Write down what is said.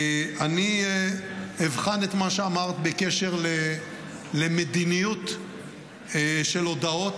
אני אבחן את מה שאמרת בקשר למדיניות של הודעות,